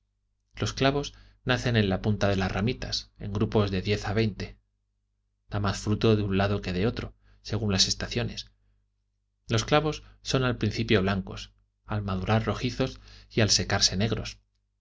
los clavos nacen en la punta de las ramitas en grupos de diez a veinte da más fruto en un lado que en otro según las estaciones los clavos son al principio blancos al madurar rojizos y al secarse negros